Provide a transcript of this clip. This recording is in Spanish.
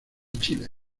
chile